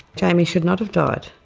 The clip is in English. jaimie should not have died.